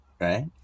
right